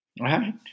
right